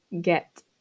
get